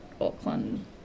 Auckland